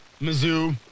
Mizzou